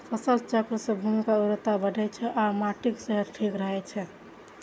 फसल चक्र सं भूमिक उर्वरता बढ़ै छै आ माटिक सेहत ठीक रहै छै